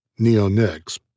neonics